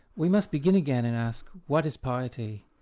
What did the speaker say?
we must begin again and ask, what is piety?